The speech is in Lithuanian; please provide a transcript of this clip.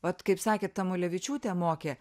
vat kaip sakė tamulevičiūtė mokė